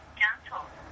cancelled